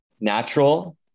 natural